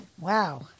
Wow